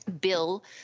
bill